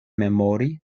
memori